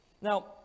Now